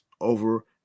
over